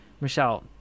Michelle